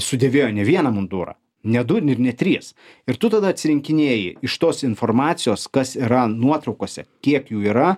sudėvėjo ne vieną mundurą ne du ir ne trys ir tu tada atsirinkinėji iš tos informacijos kas yra nuotraukose kiek jų yra